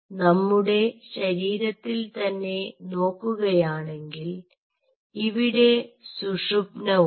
നമ്മുടെ ശരീരത്തിൽ തന്നെ നോക്കുകയാണെങ്കിൽ ഇവിടെ സുഷുമ്ന ഉണ്ട്